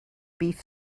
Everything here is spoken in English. beef